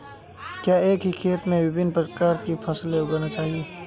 क्या एक ही खेत में विभिन्न प्रकार की फसलें उगाना अच्छा है?